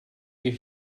you